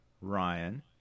Ryan